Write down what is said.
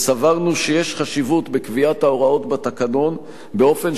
וסברנו שיש חשיבות בקביעת ההוראות בתקנון באופן